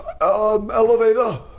Elevator